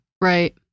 Right